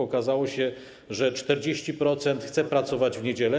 Okazało się, że 40% chce pracować w niedzielę.